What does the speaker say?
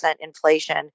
inflation